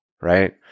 Right